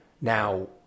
Now